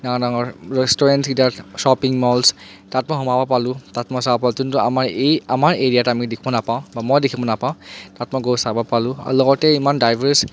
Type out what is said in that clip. ডাঙৰ ডাঙৰ ৰেষ্টুৰেণ্টছকেইটাত শ্ব'পিং মলছ তাতো সোমাব পালোঁ তাত মই চাব পালোঁ যোনটো আমাৰ এই আমাৰ এৰিয়াত আমি দেখিব নাপাওঁ বা মই দেখিব নাপাওঁ তাত মই চাব পালোঁ আৰু লগতে ইমান ডাইভাৰ্ছ